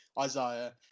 Isaiah